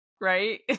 right